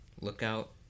Lookout